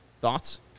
Thoughts